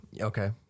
Okay